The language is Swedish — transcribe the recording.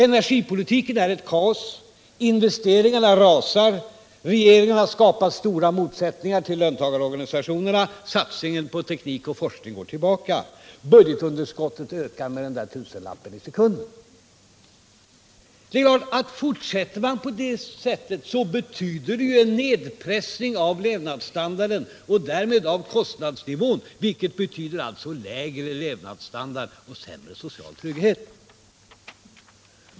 Energipolitiken är ett kaos. Investeringarna rasar. Regeringen har skapat stora motsättningar gentemot löntagarorganisationerna. Satsningen på teknik och forskning går tillbaka. Budgetunderskottet ökar med en tusenlapp i sekunden. Fortsätter man på det sättet betyder det nedpressning av levnadsstandarden och därmed av kostnadsnivån, vilket också innebär sämre social trygghet.